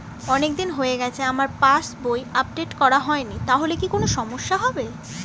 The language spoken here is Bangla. অনেকদিন হয়ে গেছে আমার পাস বই আপডেট করা হয়নি তাহলে কি কোন সমস্যা হবে?